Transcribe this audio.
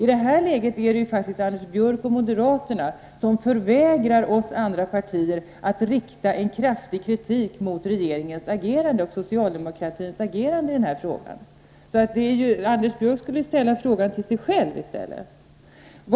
I det här läget är det faktiskt Anders Björck och moderaterna som förvägrar oss i andra partier att rikta kraftig kritik mot regeringens och socialdemokraternas agerande i denna fråga. Anders Björck borde alltså ställa den aktuella frågan till sig själv i stället.